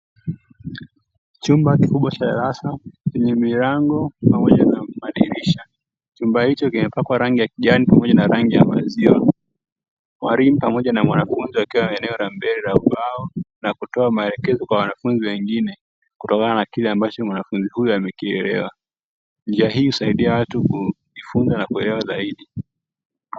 Chumba kikubwa cha darasa chenye milango pamoja na madirisha, chumba hicho kimepakwa rangi ya kijani pamoja na rangi ya maziwa, Walimu pamoja na mwanafunzi wakiwa eneo la mbele ya ubao wakitoa maelekezo kwa wanafunzi wengine kutokana na kile ambacho mwanafunzi huyo amekielewa; njia hii husaidia watu kujifunza na kuelewa zaidi.